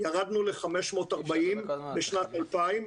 ירדנו ל-540 בשנת 2000,